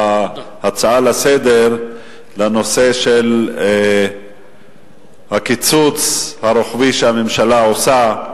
בהצעה לסדר-היום לנושא של הקיצוץ הרוחבי שהממשלה עושה.